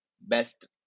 best